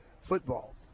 football